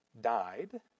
died